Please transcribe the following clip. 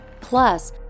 Plus